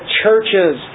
churches